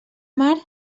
mar